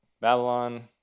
Babylon